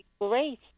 Great